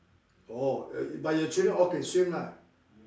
oh uh but your children all can swim lah